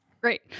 Great